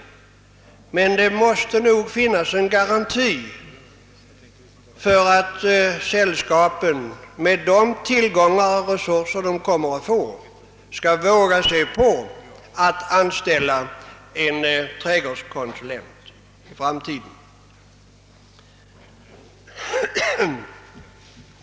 Emellertid måste det nog finnas en garanti för att sällskapen med de tillgångar och resurser de kommer att få skall våga sig på att anställa en trädgårdskonsulent i framtiden.